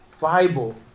Bible